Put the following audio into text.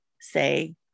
say